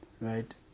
right